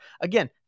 Again